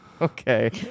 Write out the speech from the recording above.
Okay